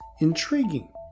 intriguing